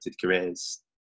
careers